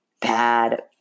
bad